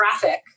traffic